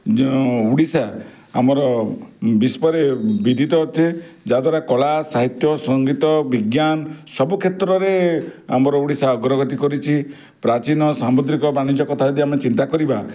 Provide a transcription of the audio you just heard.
ଯେଉଁ ଓଡ଼ିଶା ଆମର ବିଶ୍ୱରେ ବିଧିତ ଯା'ଦ୍ଵାରା କଳା ସାହିତ୍ୟ ସଙ୍ଗୀତ ବିଜ୍ଞାନ ସବୁ କ୍ଷେତ୍ରରେ ଆମର ଓଡ଼ିଶା ଅଗ୍ରଗତି କରିଛି ପ୍ରାଚୀନ ସାମୁଦ୍ରିକ ବାଣିଜ୍ୟ କଥା ଯଦି ଆମେ ଚିନ୍ତା କରିବା